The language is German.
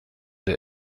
der